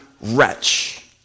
wretch